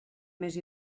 més